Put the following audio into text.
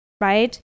right